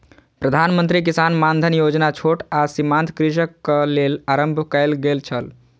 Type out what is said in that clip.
प्रधान मंत्री किसान मानधन योजना छोट आ सीमांत कृषकक लेल आरम्भ कयल गेल छल